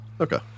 Okay